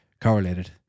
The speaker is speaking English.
correlated